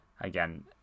Again